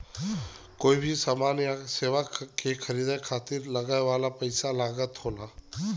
कोई भी समान या सेवा के खरीदे खातिर लगे वाला पइसा लागत होला